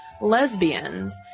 lesbians